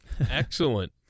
Excellent